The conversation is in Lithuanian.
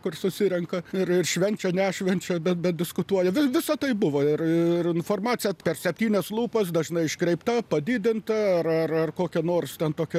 kur susirenka ir ir švenčia nešvenčia bet bet diskutuoja vi visa tai buvo ir ir informacija per septynias lūpas dažnai iškreipta padidinta ar kokia nors ten tokia